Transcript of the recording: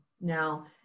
Now